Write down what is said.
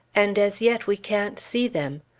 and as yet we can't see them.